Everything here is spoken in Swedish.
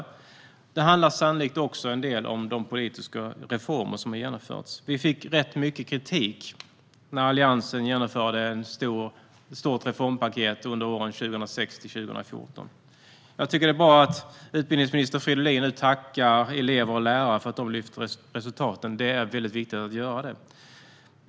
Sannolikt handlar det också en del om de politiska reformer som har genomförts. Vi fick rätt mycket kritik när Alliansen genomförde ett stort reformpaket under åren 2006-2014. Jag tycker att det är bra att utbildningsminister Fridolin nu tackar elever och lärare för att de har lyft resultaten. Det är väldigt viktigt att göra det.